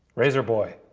razor boy.